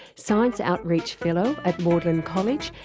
science outreach fellow at magdalene college,